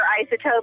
isotopes